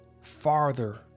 farther